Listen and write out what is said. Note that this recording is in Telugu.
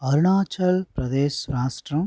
అరుణాచల్ ప్రదేశ్ రాష్ట్రం